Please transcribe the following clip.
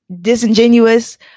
disingenuous